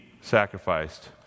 sacrificed